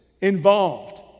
involved